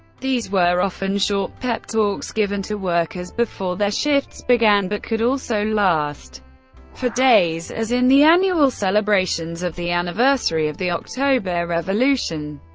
these were often short pep-talks given to workers before their shifts began, but could also last for days, as in the annual celebrations of the anniversary of the october revolution.